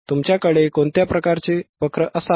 तुमच्याकडे कोणत्या प्रकारचे वक्र असावे